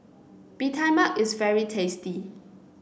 Bee Tai Mak is very tasty